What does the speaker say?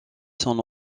son